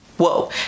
whoa